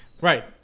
Right